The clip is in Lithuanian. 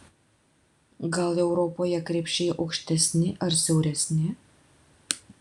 gal europoje krepšiai aukštesni ar siauresni